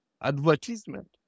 advertisement